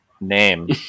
name